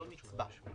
לא נצבע.